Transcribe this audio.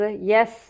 yes